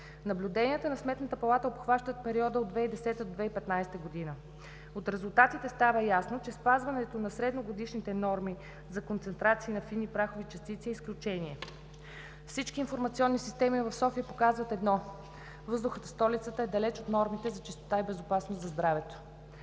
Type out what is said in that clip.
Наблюденията на Сметната палата обхващат периода от 2010-а до 2015 г. От резултатите става ясно, че спазването на средногодишните норми за концентрация на фини прахови частици е изключение. Всички информационни системи в София показват едно – въздухът в столицата е далеч от нормите за чистота и безопасност за здравето.